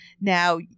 Now